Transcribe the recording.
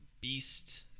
Beast